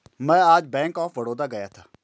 मैं आज bank of Baroda गया था